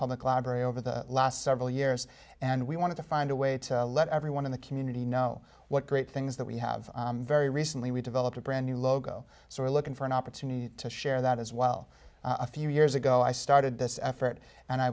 public library over the last several years and we wanted to find a way to let everyone in the community know what great things that we have very recently we developed a brand new logo so we're looking for an opportunity to share that as well a few years ago i started this effort and i